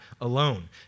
alone